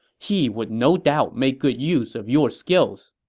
he would no doubt make good use of your skills.